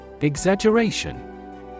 Exaggeration